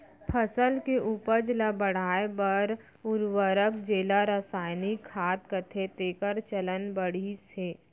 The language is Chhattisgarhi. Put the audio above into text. फसल के उपज ल बढ़ाए बर उरवरक जेला रसायनिक खाद कथें तेकर चलन बाढ़िस हे